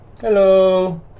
Hello